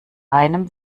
einem